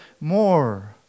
more